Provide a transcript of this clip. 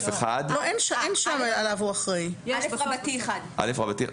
"שעליו העובד אחראי במסגרת עבודתו".